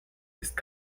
ist